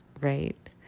right